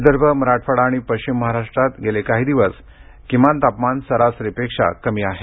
विदर्भ मराठवाडा आणि पश्चिम महाराष्ट्रात गेले काही दिवस किमान तापमान सरासरीपेक्षा कमी आहे